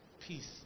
peace